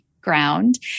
ground